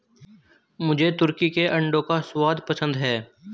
मुझे तुर्की के अंडों का स्वाद पसंद है